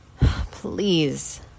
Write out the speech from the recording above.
Please